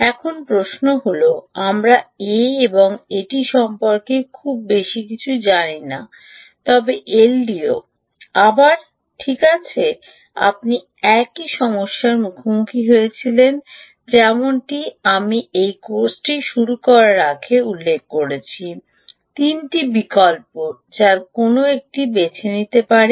এখন প্রশ্ন হল আমরা এ এবং এটি সম্পর্কে খুব বেশি কিছু জানি না তবে এলডিও আবার ঠিক আছে আপনি একই সমস্যার মুখোমুখি হয়েছিলেন যেমনটি আমি এই কোর্সটি শুরু করার আগে উল্লেখ করেছি 3 টি বিকল্প যা কোনটি বেছে নিতে পারে